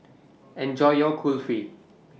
Enjoy your Kulfi